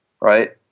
right